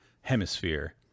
hemisphere